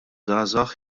żgħażagħ